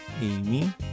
amy